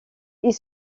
ils